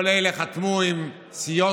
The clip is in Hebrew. כל אלה חתמו עם סיעות